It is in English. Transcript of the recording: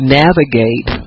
navigate